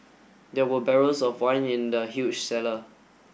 there were barrels of wine in the huge cellar